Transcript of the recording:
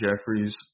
Jeffries